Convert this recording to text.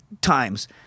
times